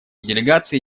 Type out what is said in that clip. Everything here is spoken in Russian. делегации